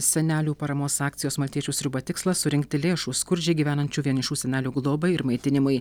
senelių paramos akcijos maltiečių sriuba tikslas surinkti lėšų skurdžiai gyvenančių vienišų senelių globai ir maitinimui